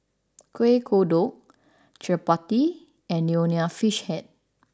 Kuih Kodok Chappati and Nonya Fish Head